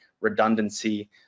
redundancy